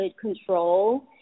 control